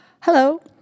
Hello